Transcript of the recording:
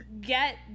get